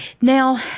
Now